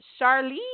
Charlene